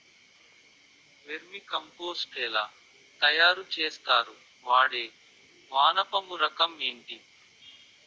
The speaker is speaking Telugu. వెర్మి కంపోస్ట్ ఎలా తయారు చేస్తారు? వాడే వానపము రకం ఏంటి?